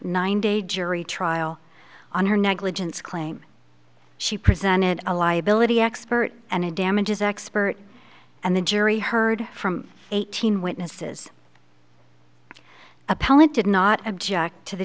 nine day jury trial on her negligence claim she presented a liability expert and a damages expert and the jury heard from eighteen witnesses appellant did not object to the